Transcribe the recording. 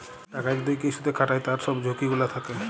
টাকা যদি কিসুতে খাটায় তার সব ঝুকি গুলা থাক্যে